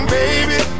baby